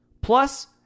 Plus